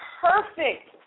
perfect